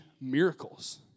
miracles